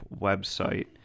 website